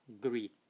greed